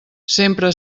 sempre